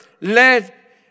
let